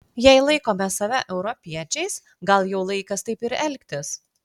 jei laikome save europiečiais gal jau laikas taip ir elgtis